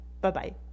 Bye-bye